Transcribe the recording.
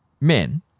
Men